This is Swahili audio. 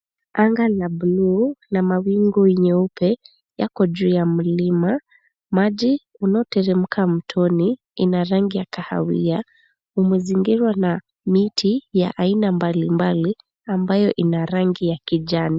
Anga la bluu na mawingu nyeupe yako juu ya mlima. Maji unaoteremka mtoni ina rangi ya kahawia. Kumezingirwa na miti ya aina mbali mbali ambayo ina yangi ya kijani.